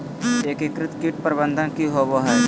एकीकृत कीट प्रबंधन की होवय हैय?